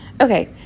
okay